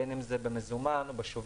בין אם זה במזומן או בשוברים,